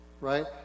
right